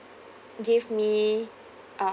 give me uh